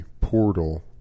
portal